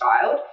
child